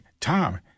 Tom